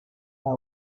agua